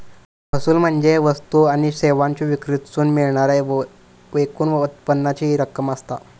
महसूल म्हणजे वस्तू आणि सेवांच्यो विक्रीतसून मिळणाऱ्या एकूण उत्पन्नाची रक्कम असता